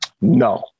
No